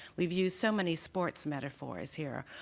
we've used so many sports metaphors here,